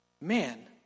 Man